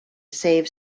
save